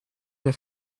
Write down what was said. have